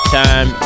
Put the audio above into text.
time